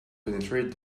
penetrate